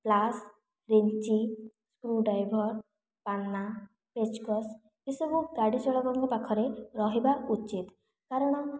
pliers wrench screwdriver ପାନା ପେଚକସ୍ ଏଇସବୁ ଗାଡ଼ି ଚାଳକଙ୍କ ପାଖରେ ରହିବା ଉଚିତ କାରଣ